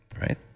right